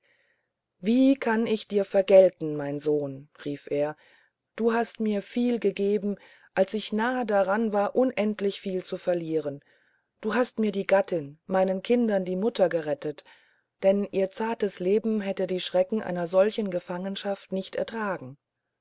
wie kann ich dir vergelten mein sohn rief er du hast mir viel gegeben als ich nahe daran war unendlich viel zu verlieren du hast mir die gattin meinen kindern die mutter gerettet denn ihr zartes leben hätte die schrecken einer solchen gefangenschaft nicht ertragen